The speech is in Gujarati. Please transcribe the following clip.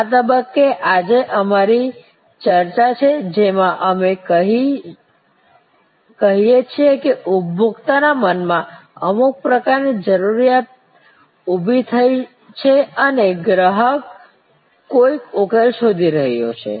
આ તબક્કે આજે અમારી ચર્ચા છે જેમાં અમે કહીએ છીએ કે ઉપભોક્તાના મનમાં અમુક પ્રકારની જરૂરિયાત ઉભી થઈ છે અને ગ્રાહક કોઈક ઉકેલ શોધી રહ્યો છે